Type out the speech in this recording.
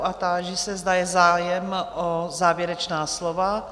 A táži se, zda je zájem o závěrečná slova?